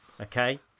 okay